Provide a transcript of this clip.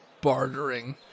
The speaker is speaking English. bartering